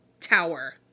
tower